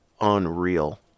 Unreal